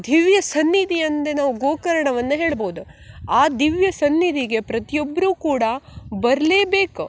ದಿವ್ಯ ಸನ್ನಿಧಿ ಅಂದೇ ನಾವು ಗೋಕರ್ಣವನ್ನು ಹೇಳ್ಬೋದು ಆ ದಿವ್ಯ ಸನ್ನಿಧಿಗೆ ಪ್ರತಿಯೊಬ್ಬರೂ ಕೂಡ ಬರ್ಲೇಬೇಕು